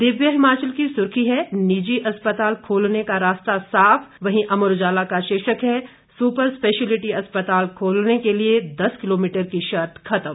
दिव्य हिमाचल की सुर्खी है निजी अस्पताल खोलने का रास्ता साफ वहीं अमर उजाला का शीर्षक है स्पर स्पेश्यिलिटि अस्पताल खोलने के लिये दस किलोमीटर की शर्त खत्म